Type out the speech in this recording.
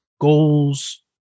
goals